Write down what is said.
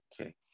Okay